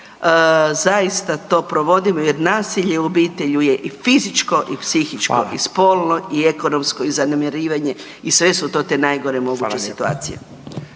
zaista to provodimo jer nasilje u obitelji je i fizičko i psihičko …/Upadica: Hvala./… i spolno i ekonomsko i zanemarivanje i sve su to te najgore moguće situacije.